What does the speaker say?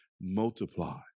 multiply